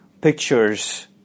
pictures